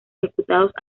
ejecutados